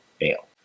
fail